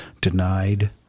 denied